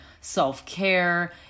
self-care